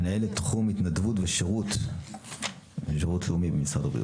מנהלת תחום התנדבות ושירות לאומי במשרד הבריאות.